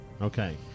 Okay